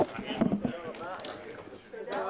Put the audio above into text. הישיבה ננעלה בשעה 11:55.